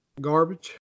Garbage